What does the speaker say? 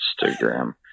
Instagram